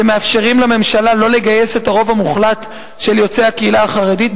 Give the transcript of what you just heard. שמאפשרים לממשלה לא לגייס את הרוב המוחלט של יוצאי הקהילה החרדית,